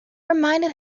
reminded